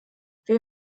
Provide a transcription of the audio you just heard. wir